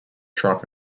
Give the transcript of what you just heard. truk